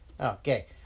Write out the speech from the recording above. okay